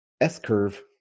S-curve